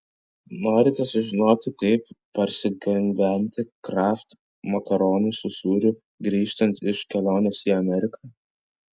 norite sužinoti kaip parsigabenti kraft makaronų su sūriu grįžtant iš kelionės į ameriką